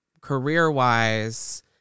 career-wise